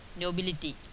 nobility